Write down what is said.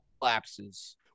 collapses